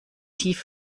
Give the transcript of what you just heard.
tief